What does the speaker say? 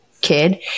kid